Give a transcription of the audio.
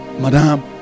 Madam